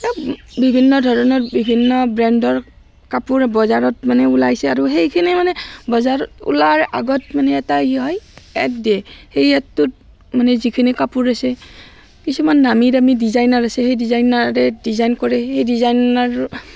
এই বিভিন্ন ধৰণৰ বিভিন্ন ব্ৰেণ্ডৰ কাপোৰ বজাৰত মানে ওলাইছে আৰু সেইখিনি মানে বজাৰত ওলোৱাৰ আগতে মানে কি হয় এড দিয়ে সেই এডটোত মানে যিখিনি কাপোৰ আছে কিছুমান নামী দামী ডিজাইনাৰ আছে সেই ডিজাইনাৰে ডিজাইন কৰে সেই ডিজাইনাৰ